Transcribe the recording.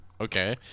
Okay